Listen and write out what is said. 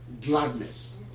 gladness